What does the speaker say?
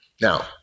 Now